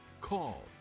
call